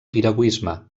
piragüisme